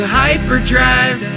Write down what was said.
hyperdrive